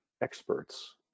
experts